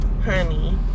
honey